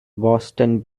boston